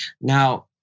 Now